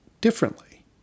differently